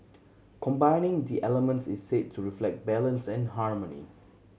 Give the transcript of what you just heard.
combining the elements is said to reflect balance and harmony